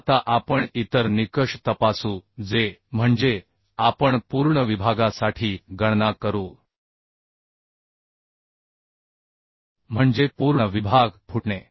आता आपण इतर निकष तपासू जे म्हणजे आपण पूर्ण विभागासाठी गणना करू म्हणजे पूर्ण विभाग फुटणे